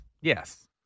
Yes